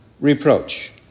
reproach